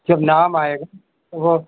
जब नाम आएगा वह